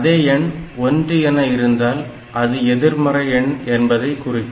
அதே எண் 1 என இருந்தால் அது எதிர்மறை எண் என்பதை குறிக்கும்